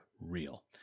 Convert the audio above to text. real